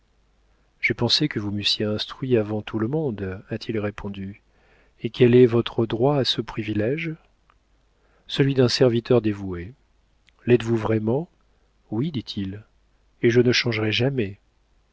j'ai pensé que vous m'eussiez instruit avant tout le monde a-t-il répondu et quel est votre droit à ce privilége celui d'un serviteur dévoué lêtes vous vraiment oui dit-il et je ne changerai jamais